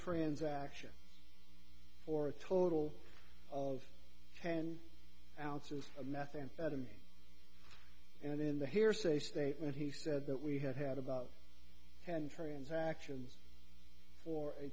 transaction for a total of ten ounces of methamphetamine and in the hearsay statement he said that we had had about ten transactions for a